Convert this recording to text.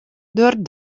der